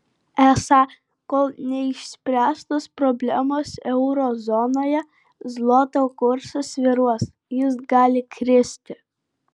esą kol neišspręstos problemos euro zonoje zloto kursas svyruos jis gali kristi